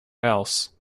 else